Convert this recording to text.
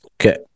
Okay